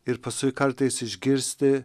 ir paskui kartais išgirsti